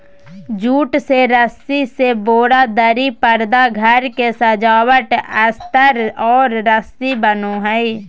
jute से रस्सी से बोरा, दरी, परदा घर के सजावट अस्तर और रस्सी बनो हइ